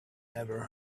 never